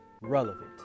Relevant